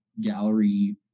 gallery